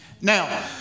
Now